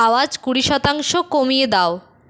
আওয়াজ কুড়ি শতাংশ কমিয়ে দাও